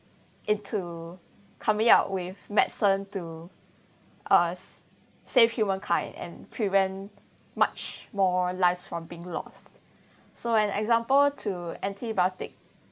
into coming out with medicine to uh s~ save humankind and prevent much more lives from being lost so an example to antibiotic